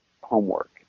homework